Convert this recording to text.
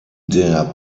der